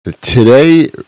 Today